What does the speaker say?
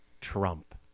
Trump